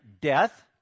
death